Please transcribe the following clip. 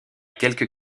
quelques